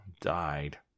died